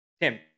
Tim